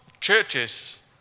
churches